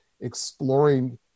exploring